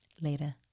Later